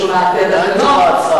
זה שונה על-פי התקנון.